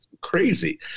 crazy